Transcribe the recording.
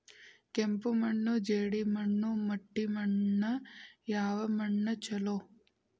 ಕೆಂಪು ಮಣ್ಣು, ಜೇಡಿ ಮಣ್ಣು, ಮಟ್ಟಿ ಮಣ್ಣ ಯಾವ ಮಣ್ಣ ಛಲೋ?